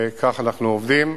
וכך אנחנו עובדים.